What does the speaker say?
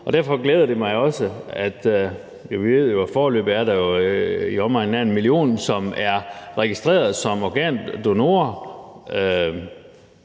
og derfor glæder det mig også, at der jo foreløbig er i omegnen af en million, som er registreret som organdonorer